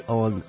on